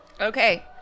Okay